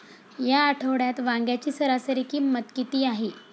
या आठवड्यात वांग्याची सरासरी किंमत किती आहे?